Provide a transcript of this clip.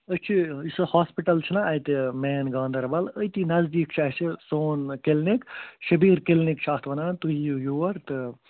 أسۍ چھِ یُس یہِ ہاسپِٹل چھُ نا اَتہِ مین گانٛدربل أتی نٔزدیٖک چھُ اَسہِ سون کِلنِک شبیٖر کِلنِک چھِ اَتھ وَنان تُہۍ یِیِو یور تہٕ